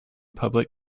public